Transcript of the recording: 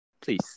please